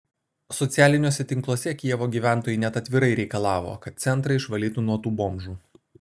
socialiniuose tinkluose kijevo gyventojai net atvirai reikalavo kad centrą išvalytų nuo tų bomžų